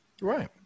Right